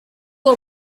uwo